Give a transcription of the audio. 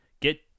get